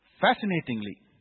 Fascinatingly